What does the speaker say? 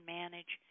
manage